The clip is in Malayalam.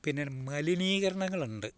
പിന്നീട് മലിനീകരണങ്ങളുണ്ട്